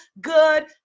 good